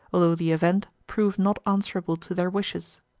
although the event prove not answerable to their wishes.